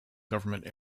government